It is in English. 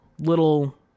little